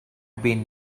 been